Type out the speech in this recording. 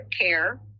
care